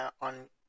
on